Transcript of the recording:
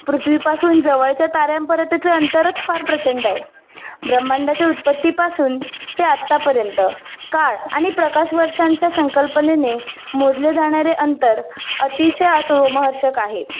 पृथ्वीपासून जवळच्या ताऱ्यांपर्चं अंतरच फार प्रचंड ब्रह्मांडाच्या उत्पत्तीपासून ते आत्तापर्यंत काळ आणि प्रकाश वर्षांच्या संकल्पने मोदले जाणारे अंतर अतिशय असंहर्षक आहे